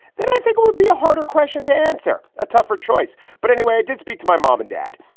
that i think would be a harder question to answer, a tougher choice. but anyway, i did speak to my mom and dad.